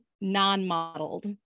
non-modeled